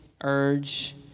urge